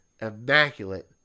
immaculate